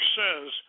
says